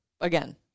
again